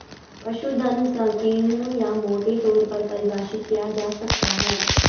पशुधन संकीर्ण या मोटे तौर पर परिभाषित किया जा सकता है